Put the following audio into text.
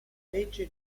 legge